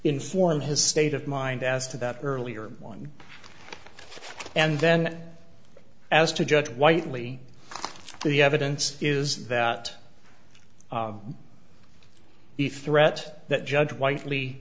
informed his state of mind as to that earlier one and then as to judge whitely the evidence is that the threat that judge whitel